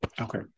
Okay